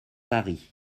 pari